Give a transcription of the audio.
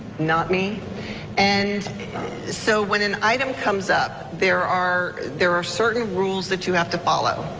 not me and so when an item comes up, there are there are certain rules that you have to follow.